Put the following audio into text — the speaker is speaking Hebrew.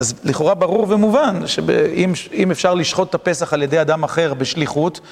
אז לכאורה, ברור ומובן, שאם אפשר לשחוט את הפסח על ידי אדם אחר בשליחות...